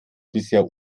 bisher